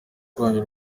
rwanyu